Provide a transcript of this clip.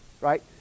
right